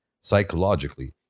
psychologically